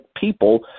people